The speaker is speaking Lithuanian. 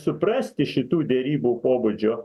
suprasti šitų derybų pobūdžio